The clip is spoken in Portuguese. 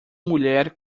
mulher